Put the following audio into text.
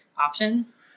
options